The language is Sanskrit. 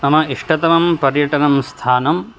मम इष्टतमं पर्यटनं स्थानं